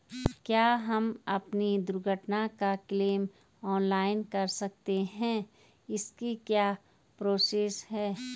क्या हम अपनी दुर्घटना का क्लेम ऑनलाइन कर सकते हैं इसकी क्या प्रोसेस है?